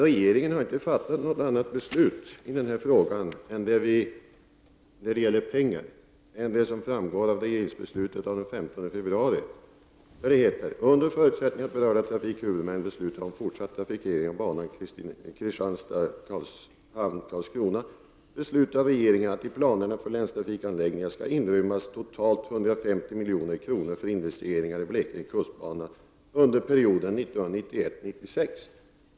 Regeringen har inte fattat något annat beslut i den här frågan när det gäller pengar, än det som framgår av regeringsbeslutet av den 15 februari där det heter: Under förutsättning att berörda trafikhuvudmän beslutar om fortsatt trafikering av banan Kristianstad—Karlshamn— Karlskrona, beslutar regeringen att i planerna för länstrafikanläggningar skall inrymmas totalt 150 milj.kr. för investeringar i Blekinge kustbana under perioden 1991-1996.